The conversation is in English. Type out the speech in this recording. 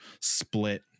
split